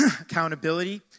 accountability